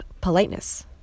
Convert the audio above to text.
politeness